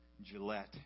Gillette